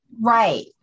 right